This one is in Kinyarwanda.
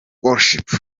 worship